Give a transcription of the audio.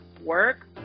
work